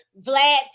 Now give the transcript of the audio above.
vlad